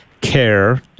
CARE